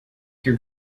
think